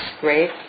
great